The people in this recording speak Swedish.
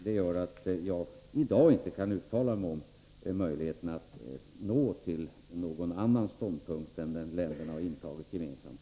Det gör att jag i dag inte kan uttala mig om möjligheterna att inta en annan ståndpunkt än den länderna tidigare har intagit gemensamt.